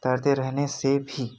तैरते रहने से भी